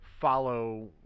follow